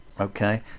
okay